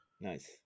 Nice